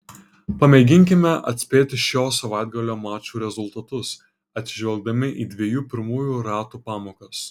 pamėginkime atspėti šio savaitgalio mačų rezultatus atsižvelgdami į dviejų pirmųjų ratų pamokas